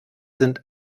sind